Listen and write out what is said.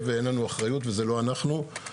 בתשובות כמו: נראה ואין לנו אחריות וזה לא אנחנו וכולי.